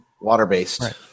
Water-based